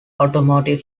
automotive